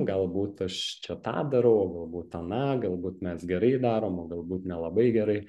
galbūt aš čia tą darau o galbūt aną galbūt mes gerai darom o galbūt nelabai gerai